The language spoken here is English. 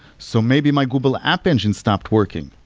so maybe my google app engine stopped working,